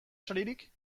saririk